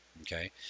okay